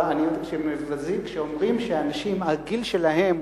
כשאומרים שאנשים, הגיל שלהם